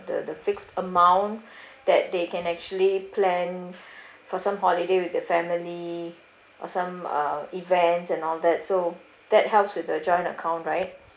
the the fixed amount that they can actually plan for some holiday with the family or some uh events and all that so that helps with the joint account right